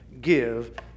give